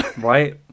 Right